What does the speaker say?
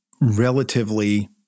relatively